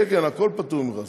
כן, כן, הכול פטור ממכרז.